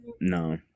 No